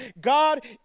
God